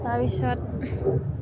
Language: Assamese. তাৰপিছত